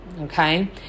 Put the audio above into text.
Okay